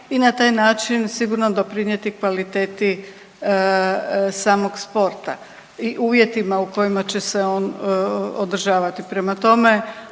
i na taj način sigurno doprinijeti kvaliteti samog sporta i uvjetima u kojima će se on održavati. Prema tome,